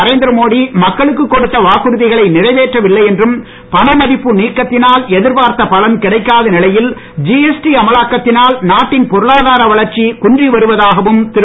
நரேந்திரமோடி மக்களுக்கு கொடுத்த வாக்குறுதிகளை நிறைவேற்றவில்லை என்றும் பணமதிப்பு நீக்கத்தினால் எதிர்ப்பார்த்த பலன் கிடைக்காத நிலையில் ஜிஎஸ்டி அமலாக்கத்தினால் நாட்டின் பொருளாதார வளர்ச்சி குன்றி வருவதாகவும் திரு